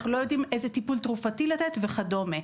אנחנו לא יודעים איזה טיפול תרופתי לתת וכדומה.